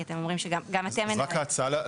כי אתם אומרים שגם אתם מנהלים --- אז רק ההצעה,